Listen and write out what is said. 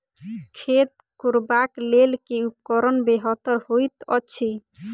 खेत कोरबाक लेल केँ उपकरण बेहतर होइत अछि?